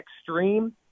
extreme